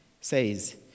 says